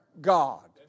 God